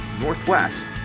Northwest